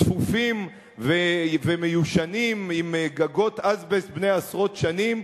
צפופים ומיושנים עם גגות אזבסט בני עשרות שנים,